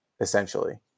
essentially